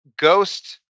ghost